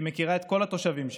שמכירה את כל התושבים שלה,